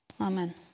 Amen